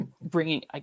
bringing